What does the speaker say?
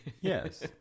Yes